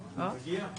בוקר טוב.